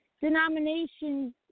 denominations